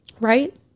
right